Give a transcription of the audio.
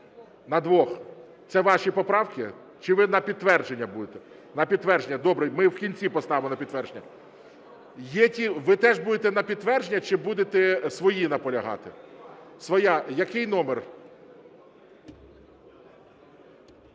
На двох. Це ваші поправки чи ви на підтвердження будете? На підтвердження. Добре. Ми в кінці поставимо на підтвердження. Ви теж будете на підтвердження чи будете свої наполягати? Своя. Який номер?